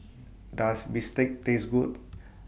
Does Bistake Taste Good